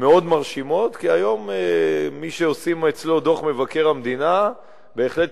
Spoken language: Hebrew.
מאוד מרשימות, כי היום מי שמבקר המדינה כותב